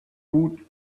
woot